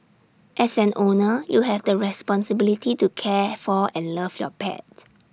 as an owner you have the responsibility to care for and love your pet